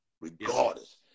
regardless